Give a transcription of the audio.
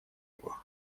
его